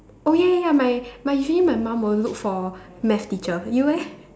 oh ya ya ya my my usually my mum will look for math teacher you eh